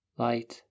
light